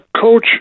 coach